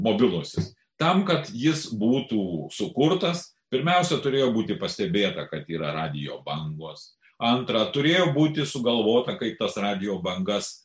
mobilusis tam kad jis būtų sukurtas pirmiausia turėjo būti pastebėta kad yra radijo bangos antra turėjo būti sugalvota kaip tas radijo bangas